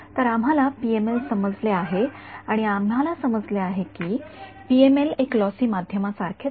तर आम्हाला पीएमएल समजले आहे आणि आम्हाला समजले आहे की पीएमएल एक लॉसी माध्यमासारखेच आहे